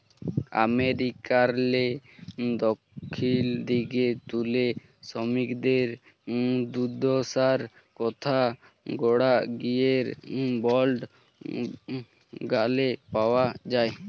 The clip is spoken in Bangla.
আমেরিকারলে দখ্খিল দিগে তুলে সমিকদের দুদ্দশার কথা গড়া দিগের বল্জ গালে পাউয়া যায়